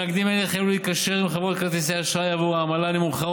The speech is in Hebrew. מאגדים החלו להתקשר עם חברות כרטיסי האשראי עבור העמלה הנמוכה,